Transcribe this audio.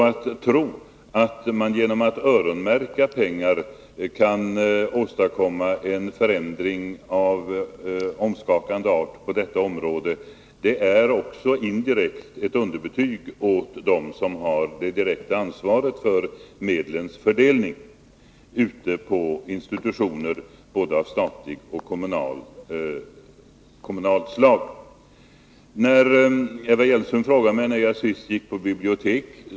Att tro att man genom att öronmärka pengar kan åstadkomma någon omvälvande förändring på detta område är också indirekt ett underbetyg åt dem som har ansvaret för medelsfördelning ute på institutioner av både statligt och kommunalt slag. Eva Hjelmström frågade när jag senast var på biblioteket.